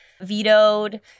vetoed